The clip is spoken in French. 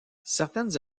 certaines